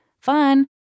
Fun